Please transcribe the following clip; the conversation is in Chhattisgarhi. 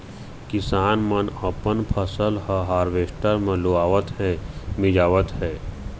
किसान मन अपन फसल ह हावरेस्टर म लुवावत हे, मिंजावत हे